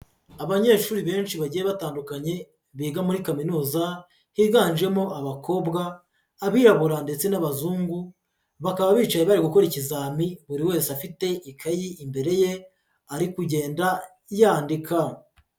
Abanyeshuri benshi bagiye batandukanye biga muri kaminuza, higanjemo abakobwa abirabura ndetse n'abazungu, bakaba bicaye bari gukora ikizami, buri wese afite ikayi imbere ye ari kugenda yandika.